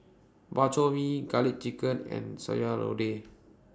Bak Chor Mee Garlic Chicken and Sayur Lodeh